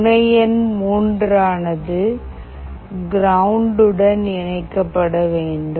முனை எண் மூன்றானது கிரவுண்ட் உடன் இணைக்கப்பட வேண்டும்